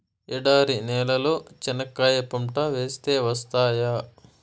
ఎడారి నేలలో చెనక్కాయ పంట వేస్తే వస్తాయా?